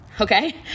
Okay